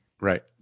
Right